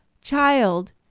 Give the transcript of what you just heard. child